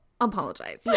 apologize